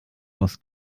muss